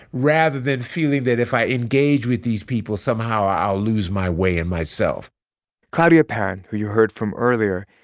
rather than feeling that if i engage with these people, somehow i'll lose my way in myself claudia perren, who you heard from earlier,